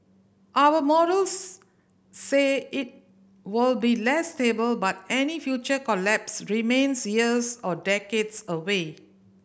our models say it will be less stable but any future collapse remains years or decades away